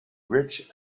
rich